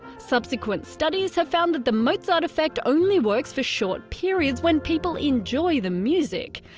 subsequent studies have found that the mozart effect only works for short periods when people enjoy the music,